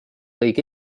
kõik